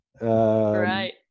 Right